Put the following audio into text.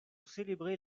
célébrer